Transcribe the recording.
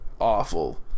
awful